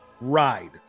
ride